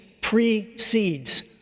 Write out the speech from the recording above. precedes